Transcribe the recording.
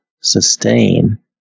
sustain